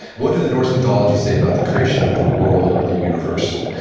what did the norse mythology say about the creation of the world or the universe?